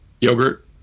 Yogurt